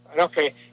Okay